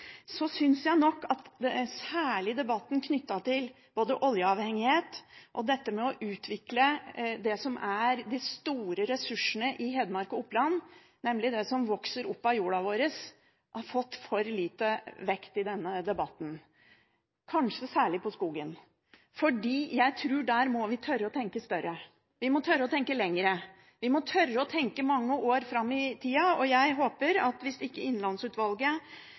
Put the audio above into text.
Jeg synes nok at debatten, særlig knyttet til både oljeavhengighet og dette med å utvikle det som er de store ressursene i Hedmark og Oppland – nemlig det som vokser opp av jorda vår – har fått for lite vekt i denne debatten, kanskje særlig skogen, for der tror jeg vi må tørre å tenke større. Vi må tørre å tenke lenger. Vi må tørre å tenke mange år fram i tida. Hvis ikke Innlandsutvalget sier at